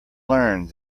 learned